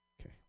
Okay